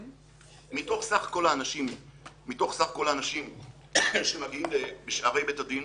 מתוך סך כל האנשים שמגיעים לבית הדין,